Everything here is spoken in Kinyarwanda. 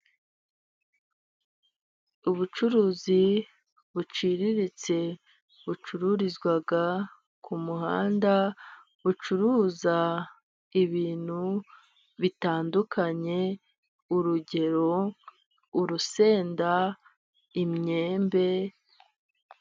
Ubucuruzi buciriritse bucuririzwa ku muhanda bucuruza ibintu bitandukanye urugero: urusenda, imyembe,...